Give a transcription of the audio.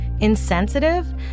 insensitive